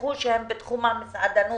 שנפתחו שהם בתחום המסעדנות.